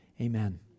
amen